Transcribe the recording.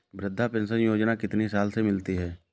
वृद्धा पेंशन योजना कितनी साल से मिलती है?